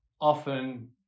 often